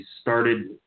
started